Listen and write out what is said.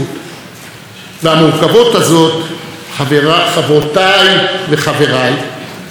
חברותיי וחבריי, חסרה היום ייצוג מספק בבית הזה.